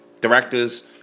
directors